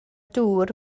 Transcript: dŵr